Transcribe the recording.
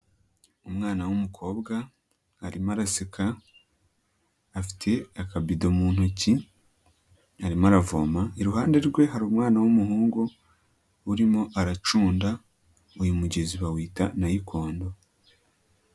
Umwana w'umukobwa arimo araseka, afite akabido mu ntoki arimo aravoma, iruhande rwe hari umwana w'umuhungu urimo aracunda, uyu mugezi bawita nayikondo.